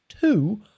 two